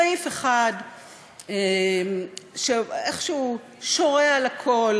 סעיף אחד שאיכשהו שורה על הכול